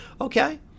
Okay